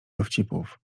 dowcipów